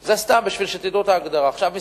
זה לא לחרדים.